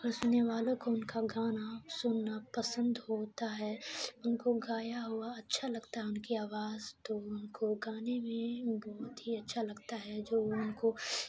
اور سننے والوں کو ان کا گانا سننا پسند ہوتا ہے ان کو گایا ہوا اچھا لگتا ہے ان کی آواز تو ان کو گانے میں بہت ہی اچھا لگتا ہے جو ان کو